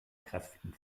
kräften